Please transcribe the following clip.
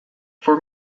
for